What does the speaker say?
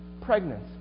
pregnant